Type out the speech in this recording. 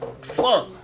fuck